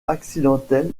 accidentelle